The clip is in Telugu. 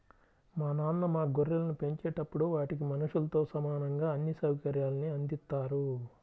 మా నాన్న మా గొర్రెలను పెంచేటప్పుడు వాటికి మనుషులతో సమానంగా అన్ని సౌకర్యాల్ని అందిత్తారు